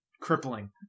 crippling